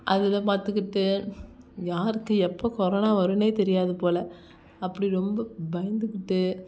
அதில் பார்த்துக்கிட்டு யாருக்கு எப்போ கொரோனா வரும்னே தெரியாது போல் அப்படி ரொம்ப பயந்துக்கிட்டு